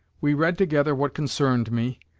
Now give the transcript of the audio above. we read together what concerned me,